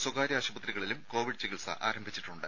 സ്വകാര്യ ആശുപത്രികളിലും കോവിഡ് ചികിത്സ ആരംഭിച്ചിട്ടുണ്ട്